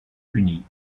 punis